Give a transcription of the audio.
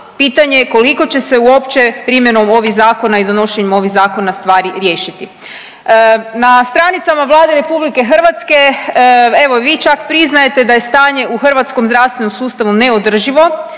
pitanje je koliko će se uopće primjenom ovih zakona i donošenjem ovih zakona stvari riješiti. Na stranicama Vlade RH evo vi čak priznajete da je stanje u hrvatskom zdravstvenom sustavu neodrživo